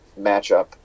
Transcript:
matchup